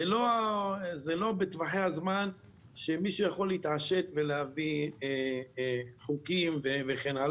זה לא בטווחי הזמן שמישהו יכול להתעשת ולהביא חוקים וכן הלאה,